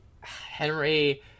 Henry